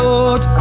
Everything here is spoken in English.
Lord